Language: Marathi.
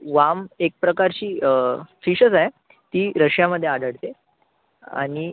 वाम एक प्रकारची फिशच आहे ती रशियामध्ये आवडते आणि